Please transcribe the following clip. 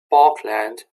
parkland